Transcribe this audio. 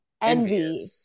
Envy